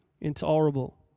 intolerable